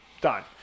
done